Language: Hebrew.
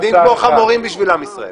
עובדים כמו חמורים בשביל עם ישראל.